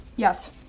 yes